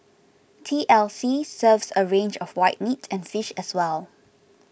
T L C serves a range of white meat and fish as well